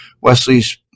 Wesley's